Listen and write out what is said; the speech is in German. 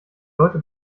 leute